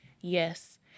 yes